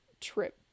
trip